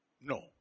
No